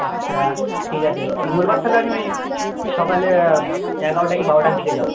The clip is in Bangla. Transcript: আচ্ছা ঠিক আছে মঙ্গলবার তাহলে আমি ওই সকালে এগারোটা কী বারোটার দিকে যাবো